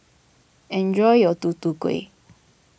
enjoy your Tutu Kueh